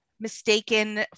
mistaken